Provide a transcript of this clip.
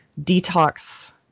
detox